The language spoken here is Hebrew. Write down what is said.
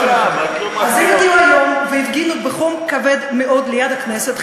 הם הפגינו בחום כבד מאוד ליד הכנסת.